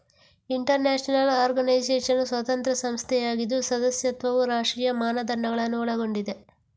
inter national organisation ಸ್ವತಂತ್ರ ಸಂಸ್ಥೆಯಾಗಿದ್ದು ಸದಸ್ಯತ್ವವು ರಾಷ್ಟ್ರೀಯ ಮಾನದಂಡಗಳನ್ನು ಒಳಗೊಂಡಿದೆ